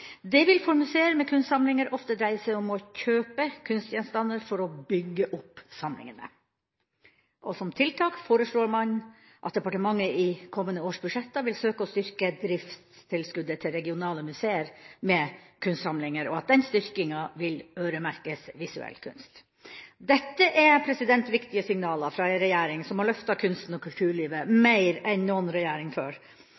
det vil «for museer med kunstsamlinger ofte dreie seg om å kjøpe kunstgjenstander for å bygge opp samlingen». Som tiltak foreslår man at departementet i kommende års budsjetter vil søke å styrke driftstilskuddet til regionale museer med kunstsamlinger, og at den styrkingen vil øremerkes visuell kunst. Dette er viktige signaler fra en regjering som har løftet kunsten og kulturlivet